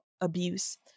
abuse